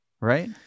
right